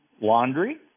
laundry